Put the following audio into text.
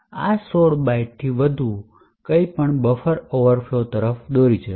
આ 16 બાઇટ્સથી વધુ કંઈપણ બફર ઓવરફ્લો તરફ દોરી જશે